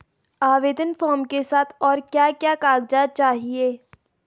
आवेदन फार्म के साथ और क्या क्या कागज़ात चाहिए?